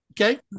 Okay